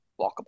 walkable